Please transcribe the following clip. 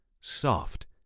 soft